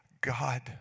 God